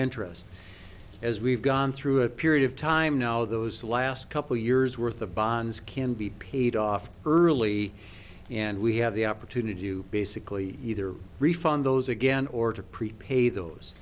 interest as we've gone through a period of time now those last couple years worth of bonds can be paid off early and we have the opportunity to basically either refund those again or to prepa